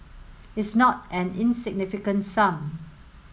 it's not an insignificant sum